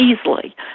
easily